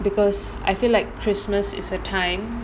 because I feel like christmas is a time